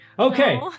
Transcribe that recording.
Okay